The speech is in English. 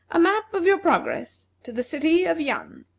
a map of your progress to the city of yan.